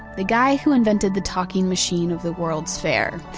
the guy who invented the talking machine of the world's fair.